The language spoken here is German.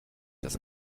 das